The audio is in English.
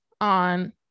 on